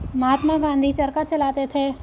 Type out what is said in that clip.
महात्मा गांधी चरखा चलाते थे